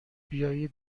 بیایید